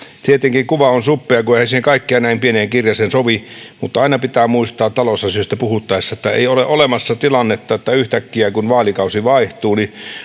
tietenkin kuva on suppea kun eihän kaikkea näin pieneen kirjaseen sovi mutta aina pitää muistaa talousasioista puhuttaessa että ei ole olemassa tilannetta että yhtäkkiä kun vaalikausi vaihtuu